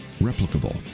replicable